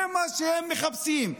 זה מה שהם מחפשים.